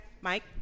Mike